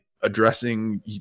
addressing